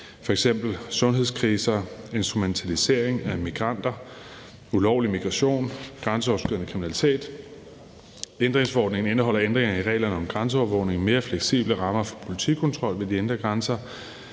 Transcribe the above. f.eks. sundhedskriser, instrumentalisering af migranter, ulovlig migration og grænseoverskridende kriminalitet. Ændringsforordningen indeholder ændringer i reglerne om grænseovervågning, mere fleksible rammer for politikontrol ved de indre grænser